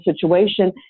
situation